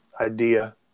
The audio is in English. idea